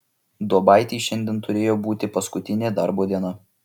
duobaitei šiandien turėjo būti paskutinė darbo diena